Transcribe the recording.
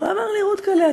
והוא אמר לי: רותק'לה,